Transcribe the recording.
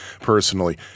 personally